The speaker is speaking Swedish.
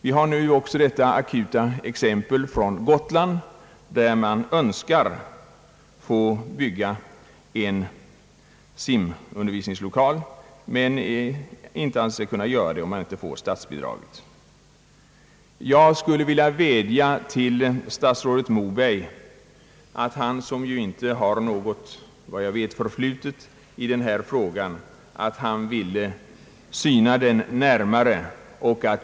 Vi har också det aktuella fallet på Gotland, där man önskar få bygga en simundervisningslokal men inte anser sig kunna göra det, om man inte får statsbidrag. Jag skulle vilja vädja till statsrådet Moberg att han som ju inte, vad jag vet, har något förflutet i denna fråga, ville syna den närmare.